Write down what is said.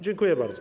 Dziękuję bardzo.